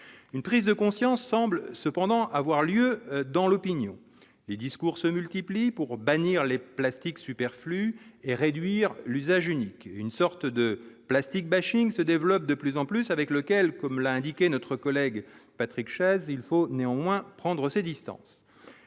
une prise de conscience semble cependant avoir lieu dans l'opinion, les discours se multiplient pour bannir les plastiques superflue et réduire l'usage unique, une sorte de plastique bashing se développe de plus en plus avec lequel, comme l'a indiqué notre collègue Patrick Chesnais, il faut néanmoins prendre ses distances,